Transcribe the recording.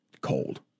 cold